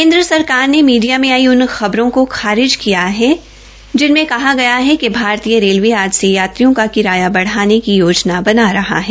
केन्द्र सरकार ने मीडिया में आई उन खबरों का खारिज किया है जिनमें कहा गया है कि भारतीय रेलवे आज से यात्रियों का किराया बढ़ाने की योजना बना रही है